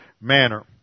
manner